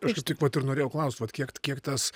aš kaip tik vat ir norėjau klaust vat kiek kiek tas